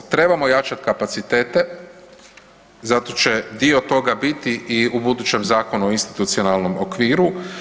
Trebamo jačati kapacitete zato će dio toga biti i u budućem zakonu o institucionalnom okviru.